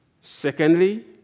Secondly